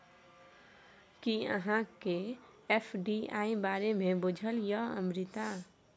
कि अहाँकेँ एफ.डी.आई बारे मे बुझल यै अमृता?